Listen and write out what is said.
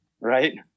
right